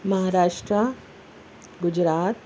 Maharashtra Gujarat